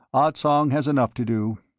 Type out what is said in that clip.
ah tsong has enough to do.